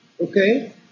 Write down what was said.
okay